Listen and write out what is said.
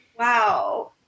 Wow